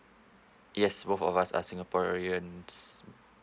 yes both of us are singaporeans